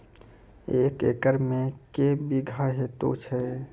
एक एकरऽ मे के बीघा हेतु छै?